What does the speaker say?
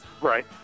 Right